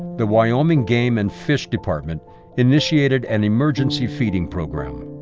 the wyoming game and fish department initiated an emergency feeding program.